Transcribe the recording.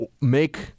make